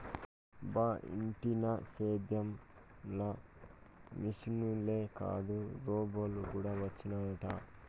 బా ఇంటినా సేద్యం ల మిశనులే కాదు రోబోలు కూడా వచ్చినయట